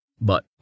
But